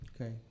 Okay